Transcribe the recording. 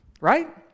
Right